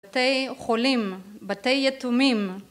בתי חולים, בתי יתומים